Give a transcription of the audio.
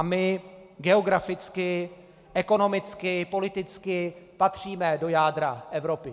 My geograficky, ekonomicky a politicky patříme do jádra Evropy.